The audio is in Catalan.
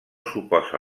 suposa